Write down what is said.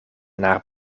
naar